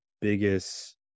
biggest